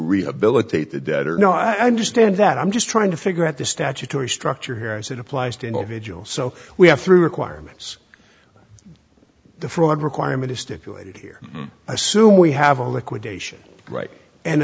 rehabilitate the debtor no i understand that i'm just trying to figure out the statutory structure here as it applies to individuals so we have three requirements the fraud requirement is stipulated here assume we have a liquidation right and